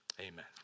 Amen